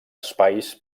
espais